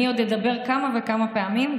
אני עוד אדבר כמה וכמה פעמים,